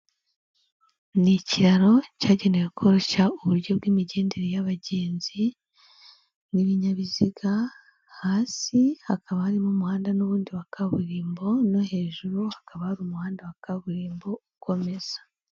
Ni ikiraro cyagenewe koroshya uburyo bw'imigendere y'abagenzi n'ibinyabiziga, hasi hakaba harimo umuhanda n'ubundi wa kaburimbo no hejuru hakaba hari umuhanda wa kaburimbo ukomeza.